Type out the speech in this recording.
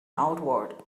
outward